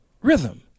rhythm